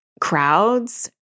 crowds